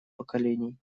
поколений